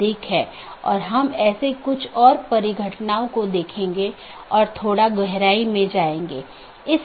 धीरे धीरे हम अन्य परतों को देखेंगे जैसे कि हम ऊपर से नीचे का दृष्टिकोण का अनुसरण कर रहे हैं